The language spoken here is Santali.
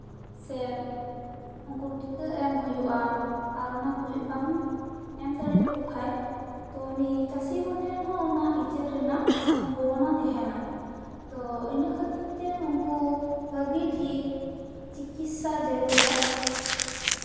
ᱥᱮ ᱩᱱᱠᱩ ᱴᱤᱠᱟᱹ ᱮᱢ ᱦᱩᱭᱩᱜᱼᱟ ᱟᱨ ᱚᱱᱟᱠᱩᱡ ᱵᱟᱢ ᱮᱢ ᱫᱟᱲᱮᱭᱟᱠᱩ ᱠᱷᱟᱡ ᱛᱚ ᱩᱱᱤ ᱪᱟᱥᱤ ᱦᱚᱲ ᱴᱷᱮᱱ ᱦᱚᱸ ᱚᱱᱟ ᱤᱪᱟᱹᱲ ᱨᱮᱱᱟᱜ ᱥᱚᱢᱵᱷᱚᱵᱚᱱᱟ ᱛᱟᱦᱮᱸᱱᱟ ᱛᱚ ᱤᱱᱟᱹ ᱠᱷᱟᱹᱛᱤᱨ ᱛᱮ ᱩᱱᱠᱩ ᱜᱮ ᱴᱷᱤᱠ ᱪᱤᱠᱤᱛᱥᱟ ᱡᱟᱨᱩᱲᱟ